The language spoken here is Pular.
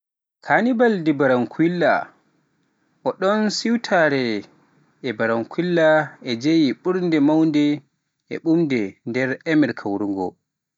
Karnaval de Barranquilla. Ooɗoo siwtare to Barranquilla ina jeyaa e ɓurɗe mawnude e ɓuuɓde e nder Amerik worgo,